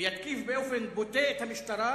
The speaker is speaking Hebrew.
ויתקיף באופן בוטה את המשטרה,